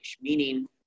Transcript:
meaning